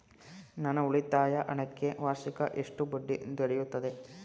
ನನ್ನ ಉಳಿತಾಯ ಹಣಕ್ಕೆ ವಾರ್ಷಿಕ ಎಷ್ಟು ಬಡ್ಡಿ ದೊರೆಯುತ್ತದೆ?